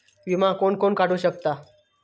विमा कोण कोण काढू शकता?